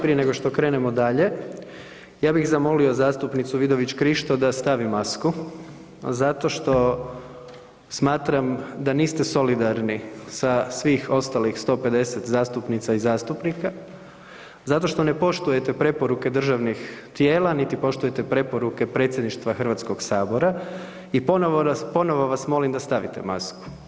Prije nego što krenemo dalje ja bih zamolio zastupnicu Vidović Krišto da stavi masku zato što smatram da niste solidarni sa svih ostalih 150 zastupnica i zastupnika zato što ne poštujete preporuke državnih tijela niti poštujete preporuke Predsjedništva Hrvatskoga sabora i ponovo vas molim da stavite masku.